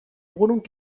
wohnung